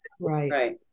Right